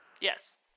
Yes